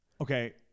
Okay